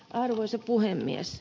arvoisa puhemies